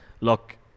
look